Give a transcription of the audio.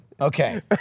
Okay